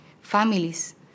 families